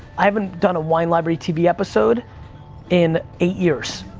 i haven't done a wine library tv episode in eight years,